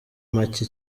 make